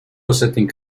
setting